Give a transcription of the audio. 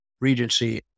Regency